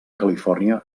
califòrnia